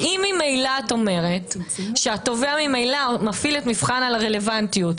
אם את אומרת שהתובע ממילא מפעיל את מבחן הרלוונטיות,